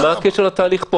מה הקשר לתהליך שמתקיים פה?